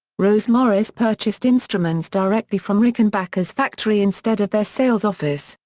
rose morris purchased instruments directly from rickenbacker's factory instead of their sales office,